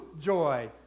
joy